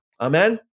Amen